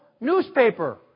newspaper